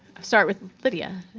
start with lydia.